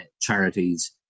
charities